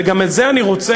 וגם את זה אני רוצה,